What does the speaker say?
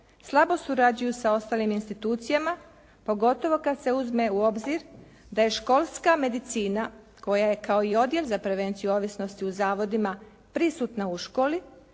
slabo surađuju sa ostalim institucijama pogotovo kad se uzme u obzir da školska medicina koja je kao i odjel za prevenciju ovisnosti u zavodima prisutna u školi